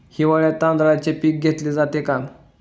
हिवाळ्यात तांदळाचे पीक घेतले जाते का?